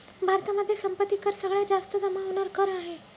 भारतामध्ये संपत्ती कर सगळ्यात जास्त जमा होणार कर आहे